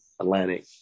Atlantic